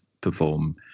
perform